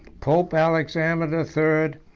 pope alexander the third,